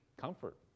Comfort